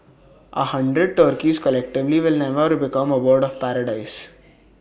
A hundred turkeys collectively will never become A bird of paradise